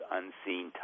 unseen